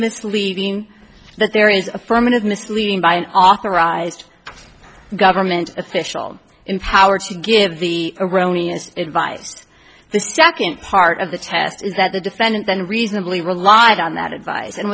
misleading that there is a ferment of misleading by an authorized government official empowered to give the erroneous advise the second part of the test is that the defendant then reasonably relied on that advice and